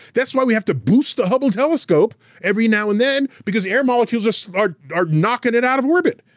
that's why we have to boost the hubble telescope every now and then because air molecules so are are knocking it out of orbit,